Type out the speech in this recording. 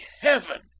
heaven